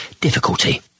difficulty